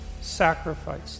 sacrifice